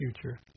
future